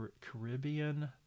Caribbean